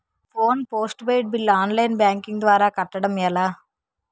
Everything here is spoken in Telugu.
Phone postpaid bill online banking ద్వారా కట్టడం ఎలా?